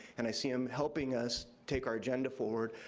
and i see him helping us take our agenda forward,